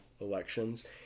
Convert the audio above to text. elections